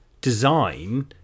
design